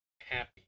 happy